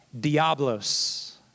Diablos